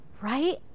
right